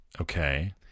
Okay